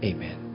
Amen